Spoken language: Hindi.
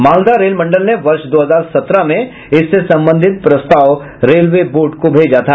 मालदा रेल मंडल ने वर्ष दो हजार सत्रह में इससे संबंधित प्रस्ताव रेलवे बोर्ड को भेजा था